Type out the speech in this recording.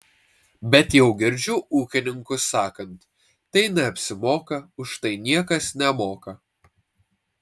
bet jau girdžiu ūkininkus sakant tai neapsimoka už tai niekas nemoka